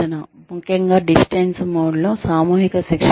ముఖ్యంగా డిస్టన్స్ మోడ్లో సామూహిక శిక్షణ కోసం